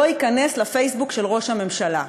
שלא ייכנס לפייסבוק של ראש הממשלה.